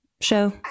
show